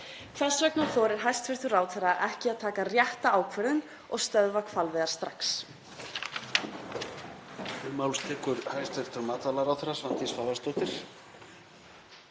Hvers vegna þorir hæstv. ráðherra ekki að taka rétta ákvörðun og stöðva hvalveiðar strax?